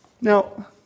Now